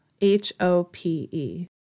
H-O-P-E